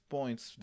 points